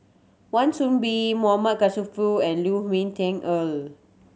Wan Soon Bee M Karthigesu and Lu Ming Teh Earl